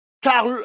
Car